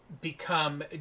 become